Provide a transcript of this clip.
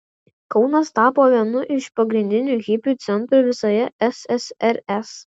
kaunas tapo vienu iš pagrindinių hipių centrų visoje ssrs